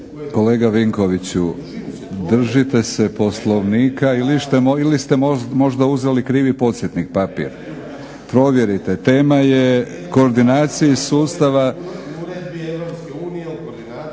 Kolega Vinkoviću držite se Poslovnika ili ste možda uzeli krivi podsjetnik, papir. Provjerite. Tema je koordinacije sustava.